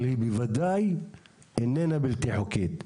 אבל היא בוודאי איננה בלתי חוקית.